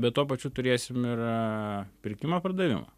bet tuo pačiu turėsim ir a pirkimą pardavimą